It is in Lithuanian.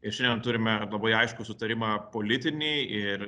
ir šiandien turime labai aiškų sutarimą politinį ir